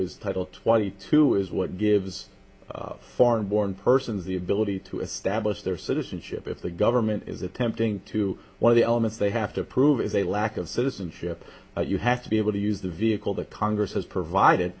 is title twenty two is what gives foreign born persons the ability to establish their citizenship if the government is attempting to one of the elements they have to prove is a lack of citizenship you have to be able to use the vehicle that congress has provided